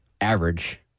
average